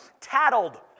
tattled